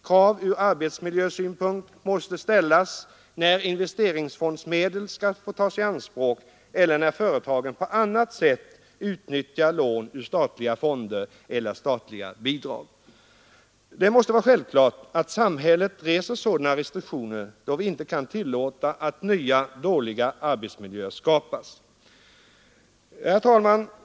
Krav ur arbetsmiljösynpunkt måste ställas när investeringsfondsmedel tas i anspråk eller när företagen på annat sätt utnyttjar lån ur statliga fonder eller statliga bidrag. Det är självklart att samhället skall resa sådana restriktioner — vi kan inte tillåta att nya, dåliga arbetsmiljöer skapas. Herr talman!